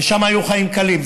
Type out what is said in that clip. ושם היו חיים קלים.